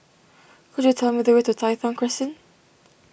could you tell me the way to Tai Thong Crescent